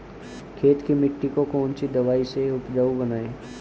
खेत की मिटी को कौन सी दवाई से उपजाऊ बनायें?